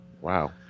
Wow